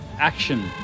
Action